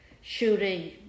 shooting